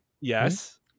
yes